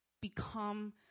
become